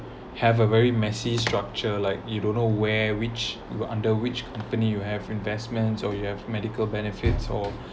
have a very messy structure like you don't know where which were under which company you have investments or you have medical benefits or